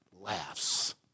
laughs